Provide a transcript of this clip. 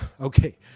Okay